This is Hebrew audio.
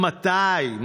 עד מתי?